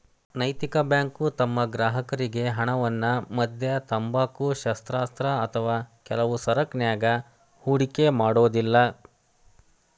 ನೈತಿಕ ಬ್ಯಾಂಕು ತಮ್ಮ ಗ್ರಾಹಕರ್ರಿಗೆ ಹಣವನ್ನ ಮದ್ಯ, ತಂಬಾಕು, ಶಸ್ತ್ರಾಸ್ತ್ರ ಅಥವಾ ಕೆಲವು ಸರಕನ್ಯಾಗ ಹೂಡಿಕೆ ಮಾಡೊದಿಲ್ಲಾ